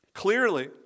Clearly